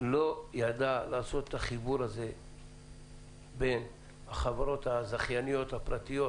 לא ידע לעשות את החיבור בין החברות הזכייניות הפרטיות